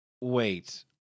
Wait